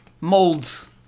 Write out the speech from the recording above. molds